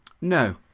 No